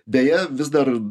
deja vis dar